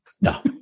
No